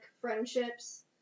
friendships